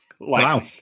wow